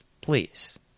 Please